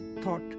thought